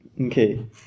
Okay